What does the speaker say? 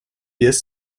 без